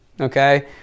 Okay